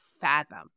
fathom